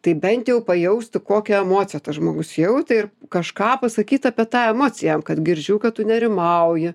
tai bent jau pajausti kokią emociją tas žmogus jautė ir kažką pasakyt apie tą emociją jam kad girdžiu kad tu nerimauji